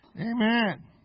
Amen